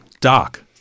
Doc